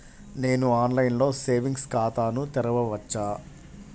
నేను ఆన్లైన్లో సేవింగ్స్ ఖాతాను తెరవవచ్చా?